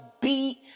beat